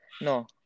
No